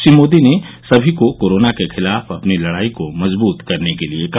श्री मोदी ने सभी को कोरोना के खिलाफ अपनी लड़ाई को मजबूत करने के लिए कहा